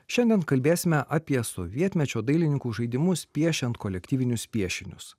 šiandien kalbėsime apie sovietmečio dailininkų žaidimus piešiant kolektyvinius piešinius